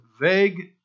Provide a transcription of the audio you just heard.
vague